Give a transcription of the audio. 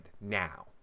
Now